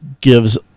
gives